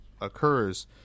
occurs